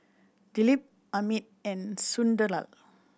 Dilip Amit and Sunderlal